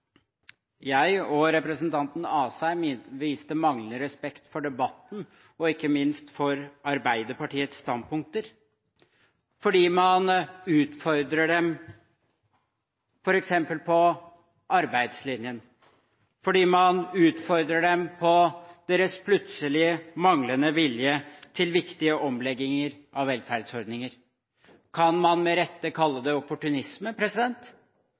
jeg og representanten Asheim viste manglende respekt for debatten og ikke minst for Arbeiderpartiets standpunkter, fordi man utfordrer dem på f.eks. arbeidslinjen, og fordi man utfordrer dem på deres plutselig manglende vilje til viktige omlegginger av velferdsordninger. Kan man med rette kalle det opportunisme?